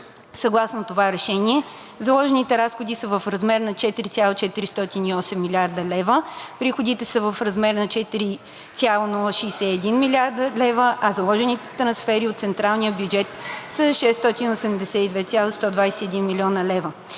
Съгласно това решение заложените разходи са в размер на 4,408 млрд. лв., приходите са в размер на 4,061 млрд. лв., а заложените трансфери от централния бюджет са 682,129 млн. лв.